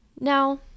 Now